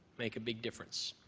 make a big difference.